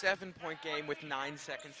seven point game with nine second